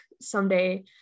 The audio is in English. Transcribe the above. someday